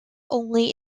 only